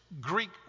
Greek